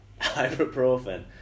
ibuprofen